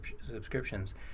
subscriptions